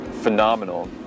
phenomenal